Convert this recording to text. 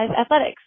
athletics